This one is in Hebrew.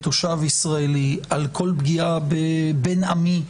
בתושב ישראלי על כל פגיעה בבן עמי,